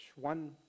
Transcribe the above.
One